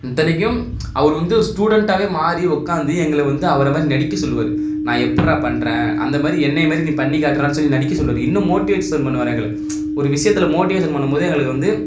இத்தனைக்கும் அவரு வந்து ஒரு ஸ்டூடெண்ட்டாகவே மாறி உக்காந்து எங்களை வந்து அவரை மாதிரி நடிக்க சொல்லுவார் நான் எப்புர்றா பண்ணுறேன் அந்த மாதிரி என்னையை மாதிரி நீ பண்ணி காட்டுறான் சொல்லி நடிக்க சொல்லுவார் இன்னும் மோட்டிவேட்சன் பண்ணுவார் எங்களை ஒரு விஷயத்துல மோட்டிவேஷன் பண்ணும்போது எங்களுக்கு வந்து